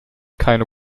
keine